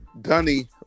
Dunny